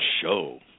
show